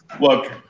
Look